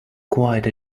quite